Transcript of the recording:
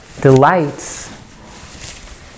delights